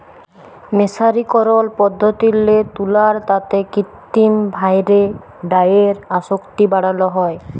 মের্সারিকরল পদ্ধতিল্লে তুলার তাঁতে কিত্তিম ভাঁয়রে ডাইয়ের আসক্তি বাড়ালো হ্যয়